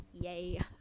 Yay